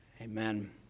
Amen